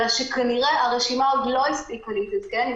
אלא שכנראה הרשימה עוד לא הספיקה להתעדכן היא